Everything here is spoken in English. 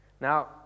Now